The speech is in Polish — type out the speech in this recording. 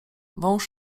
wąż